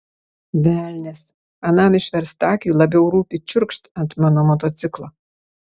velnias anam išverstakiui labiau rūpi čiurkšt ant mano motociklo